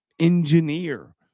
engineer